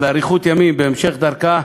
ואריכות ימים בהמשך דרכה.